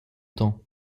tant